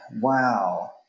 wow